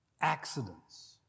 Accidents